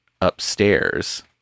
upstairs